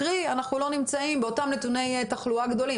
קרי אנחנו לא נמצאים באותם נתוני תחלואה גדולים.